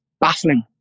baffling